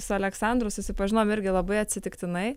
su aleksandru susipažinom irgi labai atsitiktinai